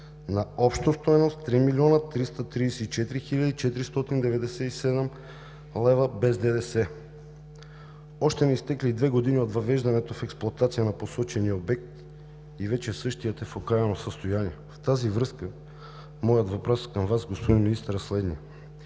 на обща стойност 3 млн. 334 хил. 497 лв. без ДДС. Още не са изтекли две години от въвеждането в експлоатация на посочените обекти и вече същият е в окаяно състояние. В тази връзка моят въпрос към Вас, господин Министър, е следният: